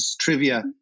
trivia